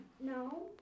No